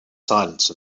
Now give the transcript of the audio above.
silence